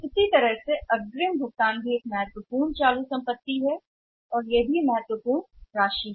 इसी तरह एक अग्रिम भुगतान भी महत्वपूर्ण वर्तमान संपत्ति है और यह भी महत्वपूर्ण राशि है